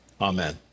amen